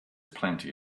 plenty